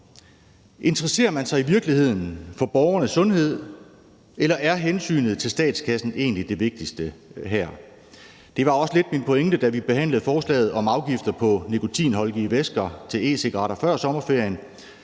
Interesserer man sig i virkeligheden for borgernes sundhed, eller er hensynet til statskassen egentlig det vigtigste her? Det var også lidt min pointe, da vi behandlede forslaget om afgifter på nikotinholdige væsker til e-cigaretter før sommerferien.